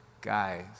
Guys